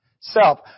self